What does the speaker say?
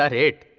ah it